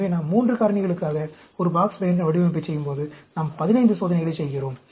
எனவே நாம் 3 காரணிகளுக்காக ஒரு பாக்ஸ் பெஹன்கென் வடிவமைப்பைச் செய்யும்போது நாம் 15 சோதனைகளைச் செய்கிறோம்